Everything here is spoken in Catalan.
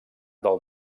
del